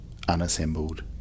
unassembled